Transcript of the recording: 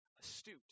astute